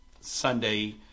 Sunday